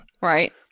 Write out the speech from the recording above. right